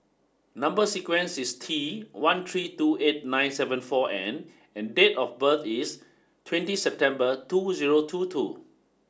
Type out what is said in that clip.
number sequence is T one three two eight nine seven four N and date of birth is twenty September two zero two two